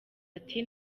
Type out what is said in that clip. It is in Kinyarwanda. ati